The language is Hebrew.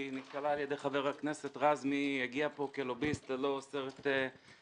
כי נשאלה שאלה על-ידי חבר הכנסת רז מי הגיע פה כלוביסט ללא סרט כתום,